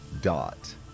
dot